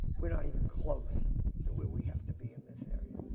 we're not even close to what we have to be in this area.